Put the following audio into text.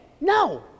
No